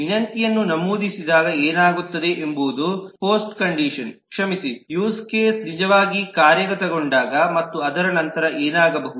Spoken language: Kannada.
ವಿನಂತಿಯನ್ನು ನಮೂದಿಸಿದಾಗ ಏನಾಗುತ್ತದೆ ಎಂಬುದು ಪೋಸ್ಟ್ ಕಂಡೀಶನ್ ಕ್ಷಮಿಸಿ ಯೂಸ್ ಕೇಸ್ ನಿಜವಾಗಿ ಕಾರ್ಯಗತಗೊಂಡಾಗ ಮತ್ತು ಅದರ ನಂತರ ಏನಾಗಬಹುದು